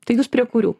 tai jūs prie kurių